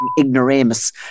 ignoramus